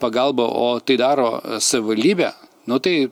pagalba o tai daro savivaldybė nu tai